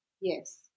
Yes